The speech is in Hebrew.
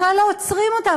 בכלל לא עוצרים אותם,